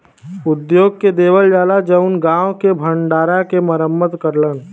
उद्योग के देवल जाला जउन गांव के भण्डारा के मरम्मत करलन